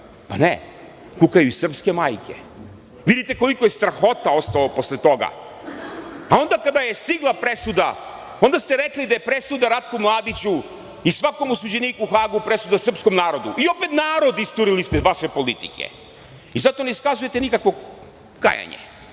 Pa ne, kukaju i srpske majke. Vidite koliko je strahota ostalo posle toga.A onda kada je stigla presuda, onda ste rekli da je presuda Ratku Mladiću i svakom osuđeniku u Hagu presuda srpskom narodu. I opet narod isturen ispred vaše politike. Za to ne iskazujete nikakvo kajanje,